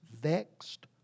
vexed